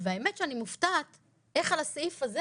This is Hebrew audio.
והאמת שאני מופתעת איך על הסעיף הזה